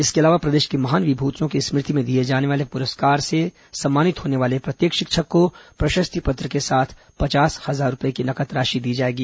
इसके अलावा प्रदेश की महान विभूतियों की स्मृति में दिए जाने वाले पुरस्कार से सम्मानित होने वाले प्रत्येक शिक्षक को प्रशस्ति पत्र के साथ पचास हजार रूपए की नगद राशि दी जाएगी